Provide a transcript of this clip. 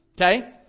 Okay